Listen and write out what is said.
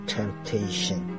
temptation